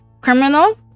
criminal